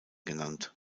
genannt